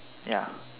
ya